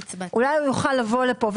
הצבעה הרוויזיה לא נתקבלה הרוויזיה לא התקבלה.